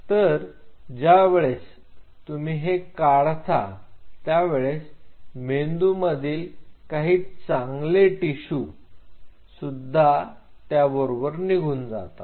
तर ज्या वेळेस तुम्ही हे काढता त्यावेळेस मेंदूमधील काही चांगले टिशू सुद्धा त्याबरोबर निघून जातात